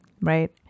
Right